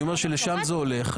לשם זה הולך.